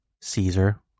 Caesar